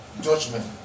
Judgment